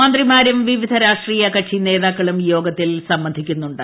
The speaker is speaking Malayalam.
മന്ത്രിമാരും വിവിധ രാഷ്ട്രീയ കക്ഷി നേതാക്കളും യോഗത്തിൽ സംബന്ധിക്കുന്നുണ്ട്